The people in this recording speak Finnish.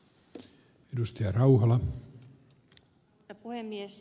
herra puhemies